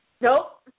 Nope